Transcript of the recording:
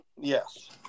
Yes